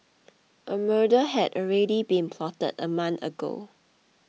a murder had already been plotted a month ago